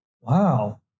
wow